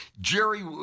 Jerry